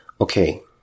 Okay